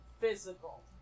physical